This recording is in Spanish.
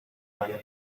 mayor